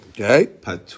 Okay